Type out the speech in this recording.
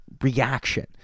reaction